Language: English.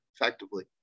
effectively